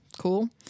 cool